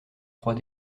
trois